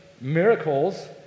miracles